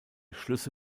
schlüsse